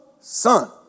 son